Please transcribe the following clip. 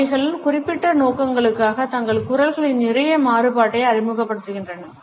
அவைகள் குறிப்பிட்ட நோக்கங்களுக்காக தங்கள் குரல்களில் நிறைய மாறுபாட்டை அறிமுகப்படுத்துகின்றன